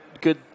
Good